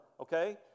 okay